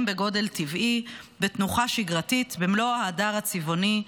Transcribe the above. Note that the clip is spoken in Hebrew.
בגודל טבעי בתנוחה שגרתית במלוא ההדר הצבעוני.